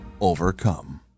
overcome